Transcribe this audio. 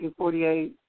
1948